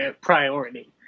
priority